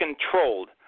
controlled